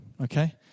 okay